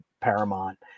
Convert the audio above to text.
Paramount